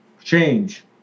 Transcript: change